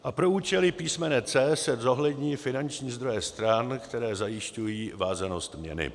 A pro účely písmene c) se zohlední finanční zdroje stran, které zajišťují vázanost měny.